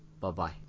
bye-bye